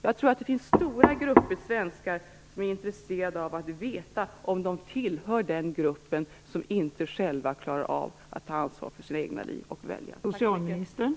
Jag tror att det finns stora grupper av svenskar som är intresserade av att veta om de tillhör dem som inte klarar av att ta ansvar för sina egna liv och att välja själva.